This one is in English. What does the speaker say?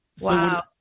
Wow